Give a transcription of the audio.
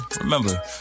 remember